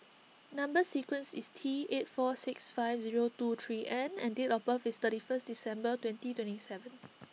Number Sequence is T eight four six five zero two three N and date of birth is thirty first December twenty twenty seven